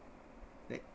like